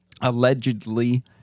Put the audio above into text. Allegedly